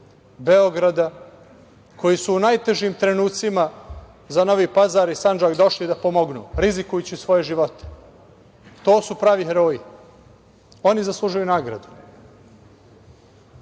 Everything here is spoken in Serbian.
Beograda, koji su u najtežim trenucima za Novi Pazar i Sandžak došli da pomognu, rizikujući svoje živote? To su pravi heroji. Oni zaslužuju